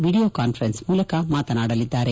video conference ಮೂಲಕ ಮಾತನಾಡಲಿದ್ದಾರೆ